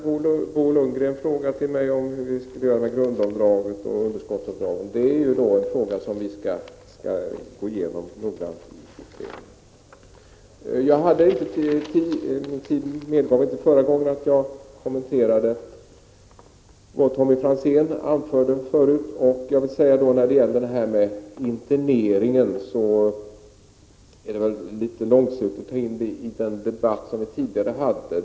Bo Lundgren ville veta hur vi skall göra med grundavdraget och med underskottsavdragen. Det är en fråga som vi noggrant skall gå igenom i utredningen. Tiden medgav inte att jag i mitt förra inlägg kommenterade Tommy Franzéns anförande. Beträffande frågan om internering vill jag säga att jag tyckte det var litet långsökt att ta upp den i den debatt vi förde tidigare.